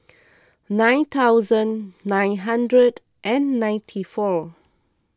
nine thousand nine hundred and ninety four